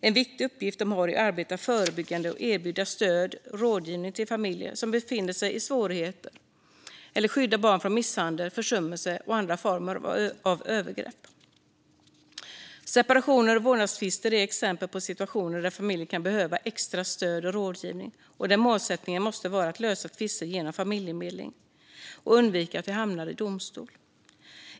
En viktig uppgift socialtjänsten har är att arbeta förebyggande och erbjuda stöd och rådgivning till familjer som befinner sig i svårigheter, liksom att skydda barn från misshandel, försummelse eller andra former av övergrepp. Separationer och vårdnadstvister är exempel på situationer där familjer kan behöva extra stöd och rådgivning och där målsättningen måste vara att lösa tvister genom familjemedling och undvika att det hamnar i domstol.